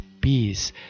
peace